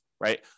right